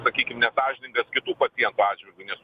sakykim nesąžiningas kitų pacientų atžvilgiu nes